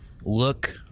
look